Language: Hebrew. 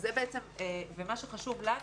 מה שחשוב לנו